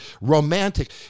romantic